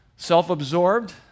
Self-absorbed